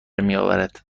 میآورد